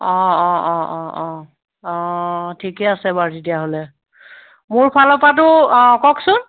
অঁ অঁ অঁ অঁ অঁ অঁ ঠিকে আছে বাৰু তেতিয়াহ'লে মোৰ ফালৰ পৰাটো অঁ কওকচোন